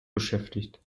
beschäftigt